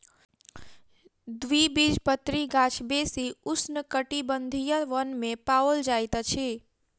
द्विबीजपत्री गाछ बेसी उष्णकटिबंधीय वन में पाओल जाइत अछि